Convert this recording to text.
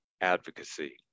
advocacy